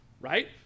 right